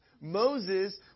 Moses